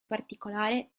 particolare